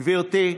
גברתי,